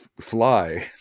fly